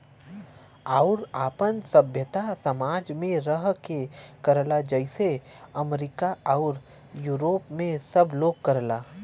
आउर आपन सभ्यता समाज मे रह के करला जइसे अमरीका आउर यूरोप मे सब लोग करला